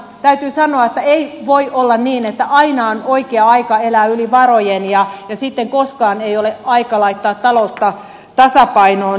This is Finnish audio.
täytyy sanoa että ei voi olla niin että aina on oikea aika elää yli varojen ja sitten koskaan ei ole aika laittaa taloutta tasapainoon